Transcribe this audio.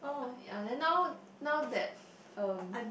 ye then now now that um